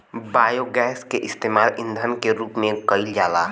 biogas के इस्तेमाल ईधन के रूप में कईल जाला